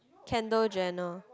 Kendall-Jenner